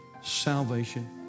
salvation